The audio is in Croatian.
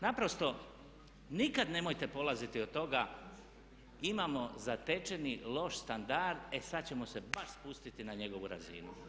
Naprosto nikad nemojte polaziti od toga imamo zatečeni loš standard e sad ćemo se baš spustiti na njegovu razinu.